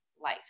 life